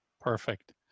perfect